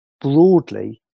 broadly